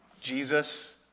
Jesus